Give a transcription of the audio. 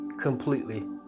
completely